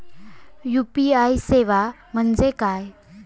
UPI सेवा म्हणजे काय?